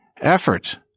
effort